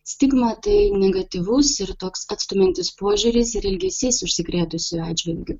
stigma tai negatyvus ir toks atstumiantis požiūris ir elgesys užsikrėtusiųjų atžvilgiu